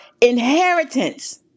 inheritance